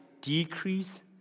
decrease